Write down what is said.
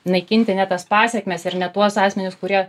naikinti ne tas pasekmes ir ne tuos asmenis kurie